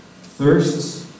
thirsts